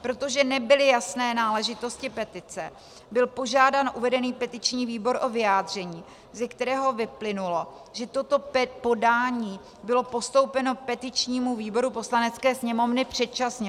Protože nebyly jasné náležitosti petice, byl požádán uvedený petiční výbor o vyjádření, ze kterého vyplynulo, že toto podání bylo postoupeno petičnímu výboru Poslanecké sněmovny předčasně.